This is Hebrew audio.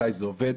מתי זה עובד.